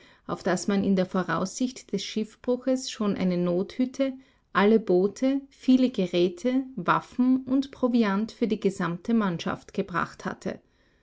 auf das man in der voraussicht des schiffbruches schon eine nothütte alle boote viele geräte waffen und proviant für die gesamte mannschaft gebracht hatte